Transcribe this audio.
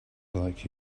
like